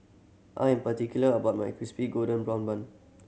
I am particular about my Crispy Golden Brown Bun